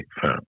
firm